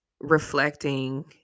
reflecting